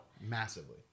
massively